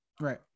Right